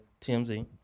TMZ